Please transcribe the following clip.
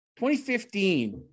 2015